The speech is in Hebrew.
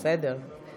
בסדר.